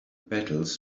battles